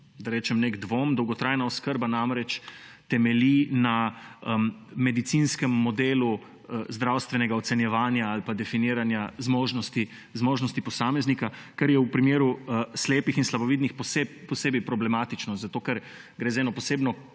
da rečem, nek dvom. Dolgotrajna oskrba namreč temeljni na medicinskem modelu zdravstvenega ocenjevanja ali pa definiranja zmožnosti posameznika, kar je v primeru slepih in slabovidnih posebej problematično, ker gre za eno posebno